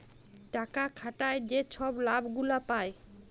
টাকা খাটায় যে ছব লাভ গুলা পায়